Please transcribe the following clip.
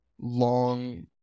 long